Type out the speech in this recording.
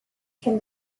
can